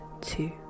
two